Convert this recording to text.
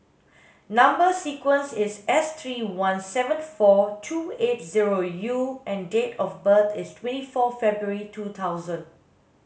number sequence is S three one seven four two eight zero U and date of birth is twenty four February two thousand